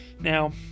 now